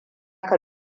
ka